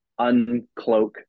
Uncloak